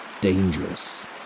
dangerous